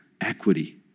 equity